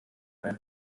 ein